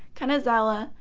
kanazawa,